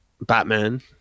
batman